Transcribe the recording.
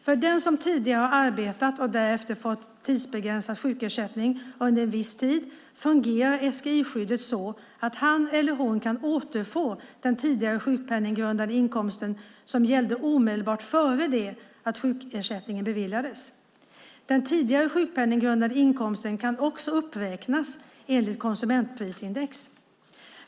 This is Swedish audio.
För den som tidigare har arbetat och därefter fått tidsbegränsad sjukersättning under en viss tid fungerar SGI-skyddet så att han eller hon kan återfå den tidigare sjukpenninggrundande inkomst som gällde omedelbart före det att sjukersättningen beviljades. Den tidigare sjukpenninggrundande inkomsten kan uppräknas enligt konsumentprisindex.